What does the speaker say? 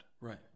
right